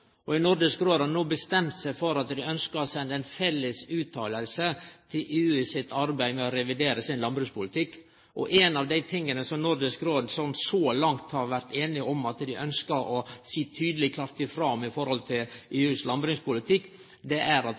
også i Nordisk Råd. Nordisk Råd har no bestemt seg for at dei ønskjer å sende ut ei felles utsegn til EU sitt arbeid med å revidere sin landbrukspolitikk. Ein av dei tinga som Nordisk Råd så langt har vore einige om at dei ønskjer å seia tydeleg og klart frå om med omsyn til EUs landbrukspolitikk, er at